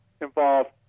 involved